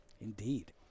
Indeed